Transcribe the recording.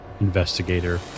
investigator